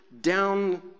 down